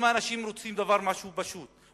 האנשים רוצים משהו פשוט,